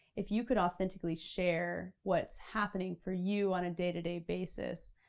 if you could authentically share what's happening for you on a day-to-day basis,